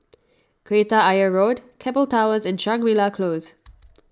Kreta Ayer Road Keppel Towers and Shangri La Close